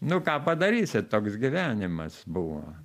nu ką padarysi toks gyvenimas buvo